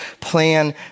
plan